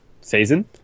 season